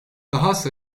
dahası